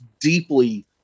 deeply